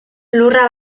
lurra